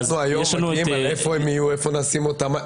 אנחנו היום דנים על איפה הם יהיו, איפה נשים אותם.